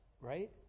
Right